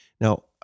Now